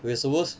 we're supposed